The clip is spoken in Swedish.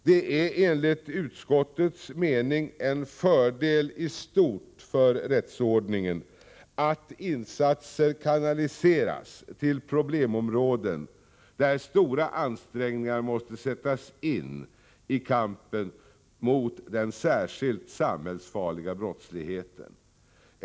Det är enligt utskottets mening en fördel i stort för rättsordningen att insatser kanaliseras till problemområden där stora ansträngningar måste sättas in i kampen mot den särskilt samhällsfarliga brottsligheten.